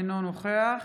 אינו נוכח